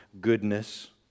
goodness